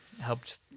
helped